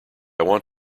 want